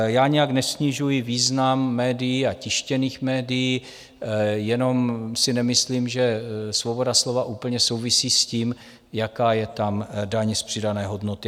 Já nijak nesnižuji význam médií a tištěných médií, jenom si nemyslím, že svoboda slova úplně souvisí s tím, jaká je tam daň z přidané hodnoty.